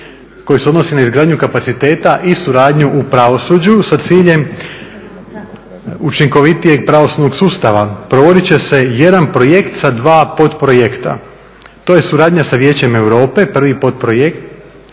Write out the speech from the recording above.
koji se odnosi na izgradnju kapaciteta i suradnju u pravosuđu sa ciljem učinkovitijeg pravosudnog sustava. Provodit će se jedan projekt sa dva potprojekta, to je suradnja sa Vijećem europe, prvi potprojekt.